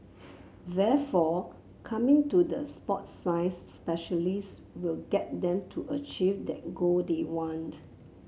therefore coming to the sport science specialists will get them to achieve that goal they want